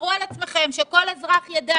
תשמרו על עצמכם" שכל אזרח יידע